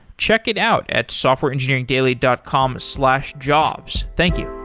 check it out at softwareengineeringdaily dot com slash jobs. thank you.